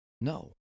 No